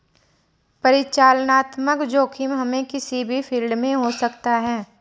परिचालनात्मक जोखिम हमे किसी भी फील्ड में हो सकता है